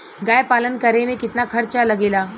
गाय पालन करे में कितना खर्चा लगेला?